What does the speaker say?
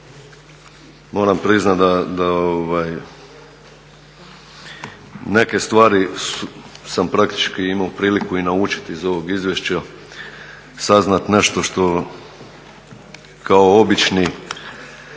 moram priznati da neke stvari sam praktički imao priliku i naučiti iz ovog izvješća, saznati nešto što kao obični